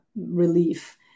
relief